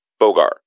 Bogar